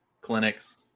clinics